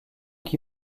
qui